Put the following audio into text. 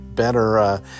better